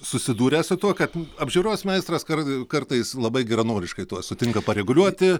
susidūrę su tuo kad apžiūros meistras kar kartais labai geranoriškai tuo sutinka pareguliuoti